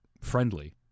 friendly